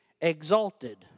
exalted